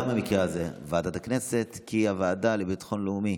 גם במקרה הזה ועדת הכנסת, כי הוועדה לביטחון לאומי